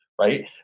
right